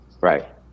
Right